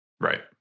Right